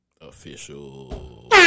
Official